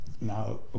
Now